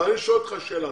אבל אני שואל אותך שאלה.